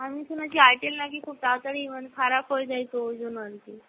আমি শুনেছি আইটেল নাকি খুব তাড়াতাড়ি মানে খারাপ হয়ে যায় তো ওই জন্য আর কি